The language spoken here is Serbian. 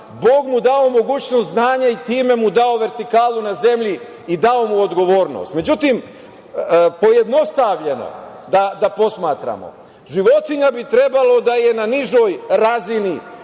Bog mu dao mogućnost znanja i time mu dao vertikalu na zemlji i dao mu odgovornost. Međutim, pojednostavljeno da posmatramo, životinja bi trebalo da je na nižoj razini